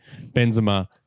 Benzema